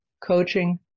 coaching